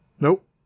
Nope